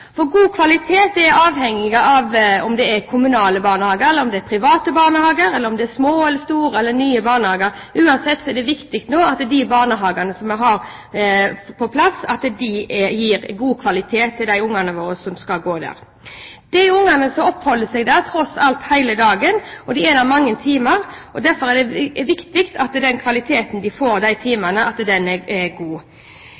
på god vei. God kvalitet er avhengig av om det er kommunale barnehager eller om det er private barnehager, om de er små eller store, eller nye barnehager. Uansett er det viktig at de barnehagene vi har på plass, gir et tilbud med god kvalitet til de barna som skal gå der. Barna oppholder seg der tross alt hele dagen – de er der mange timer. Derfor er det viktig at kvaliteten på disse timene er god. Før var det slik at foreldrene var glade for at de fikk en barnehageplass. Nå får